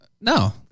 no